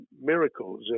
miracles